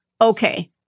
okay